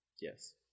Yes